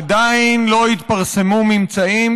עדיין לא התפרסמו ממצאים,